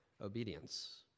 obedience